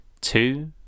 two